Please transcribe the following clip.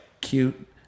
cute